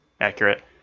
accurate